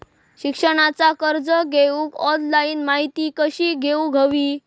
शिक्षणाचा कर्ज घेऊक ऑनलाइन माहिती कशी घेऊक हवी?